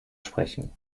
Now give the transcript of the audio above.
sprechen